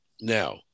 Now